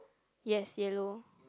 yes yellow